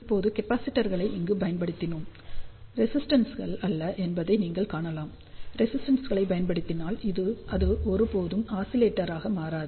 இப்போது கேப்பாசிட்டர்களை இங்கு பயன்படுத்தினோம் ரெஸிஸ்டென்ஸ்கள் அல்ல என்பதை நீங்கள் காணலாம் ரெஸிஸ்டென்ஸ்களை பயன்படுத்தினால் அது ஒருபோதும் ஆஸிலேட்டர் ஆக மாறாது